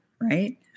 Right